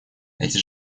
эти